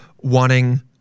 wanting